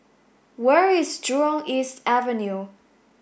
where is Jurong East Avenue